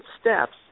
steps